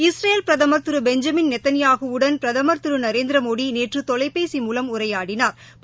Israel பிரதமர் திரு Benjamin நேத்தன்யாஹுடன் பிரதமர் திரு நரேந்திரமோடி நேற்று தொலைபேசி மூலம் உரையாடினா்